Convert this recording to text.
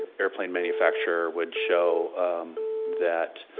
airplane manufacturer would show that